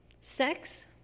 sex